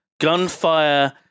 gunfire